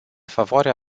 favoarea